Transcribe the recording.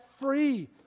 free